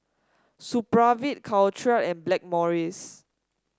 Supravit Caltrate and Blackmores